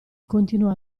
continuò